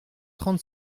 trente